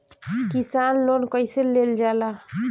किसान लोन कईसे लेल जाला?